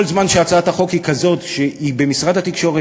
כל זמן שהצעת החוק היא כזאת שהיא במשרד התקשורת,